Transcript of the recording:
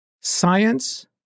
science